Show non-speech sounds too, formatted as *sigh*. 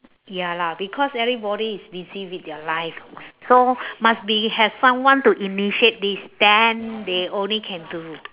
ya lah because everybody is busy with their life *breath* so must be have someone to initiate this then they only can do